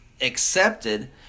accepted